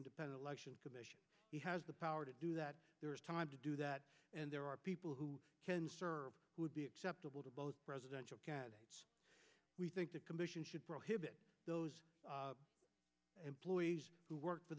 independent election commission he has the power to do that there is time to do that and there are people who can serve who would be acceptable to both presidential candidates we think the commission should prohibit those employees who work for